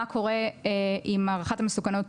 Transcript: מה קורה אם הערכת המסוכנות,